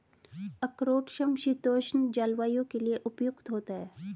अखरोट समशीतोष्ण जलवायु के लिए उपयुक्त होता है